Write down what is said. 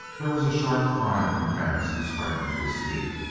there was a sharp cry from vance, who sprang to his feet.